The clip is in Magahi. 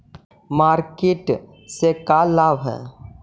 मार्किट से का लाभ है?